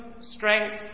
strength